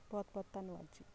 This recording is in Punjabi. ਬਹੁਤ ਬਹੁਤ ਧੰਨਵਾਦ ਜੀ